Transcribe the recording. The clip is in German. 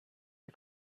sie